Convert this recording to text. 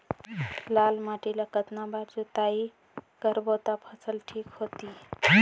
लाल माटी ला कतना बार जुताई करबो ता फसल ठीक होती?